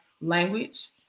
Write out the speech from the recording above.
language